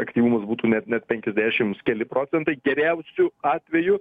aktyvumas būtų net penkiasdešims keli procentai geriausiu atveju